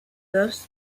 thus